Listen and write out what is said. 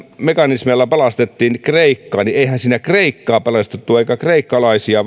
mekanismeilla pelastettiin kreikkaa niin eihän siinä kreikkaa pelastettu eikä kreikkalaisia